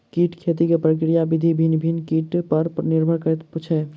कीट खेती के प्रक्रिया विधि भिन्न भिन्न कीट पर निर्भर करैत छै